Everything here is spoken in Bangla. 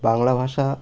বাংলা ভাষা